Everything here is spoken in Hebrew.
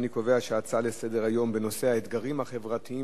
אני קובע שההצעה לסדר-היום בנושא: האתגרים החברתיים